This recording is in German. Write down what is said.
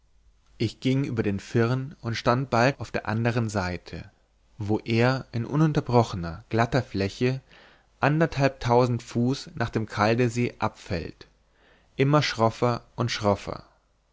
ich ging über den firn und stand bald auf der andern seite wo er in ununterbrochener glatter fläche anderthalbtausend fuß nach dem kaldesee abfällt immer schroffer und schroffer